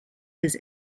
his